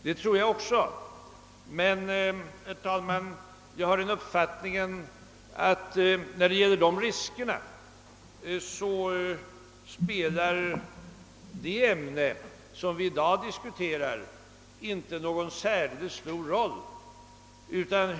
Det tror jag också, men, herr talman, jag har den uppfattningen att det ämne som vi i dag diskuterar inte spelar någon stor roll i detta avseende.